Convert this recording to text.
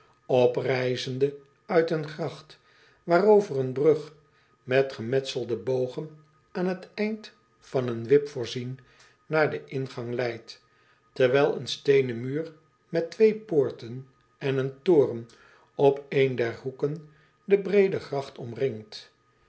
oprijzende uit een gracht waarover een brug met gemetselde bogen aan t einde van een wip voorzien naar den ingang leidt terwijl een steenen muur met twee poorten en een toren op een der hoeken de breede gracht omringt